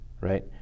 right